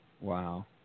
Wow